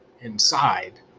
inside